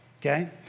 okay